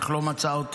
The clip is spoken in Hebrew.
אך לא מצא אותו.